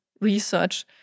research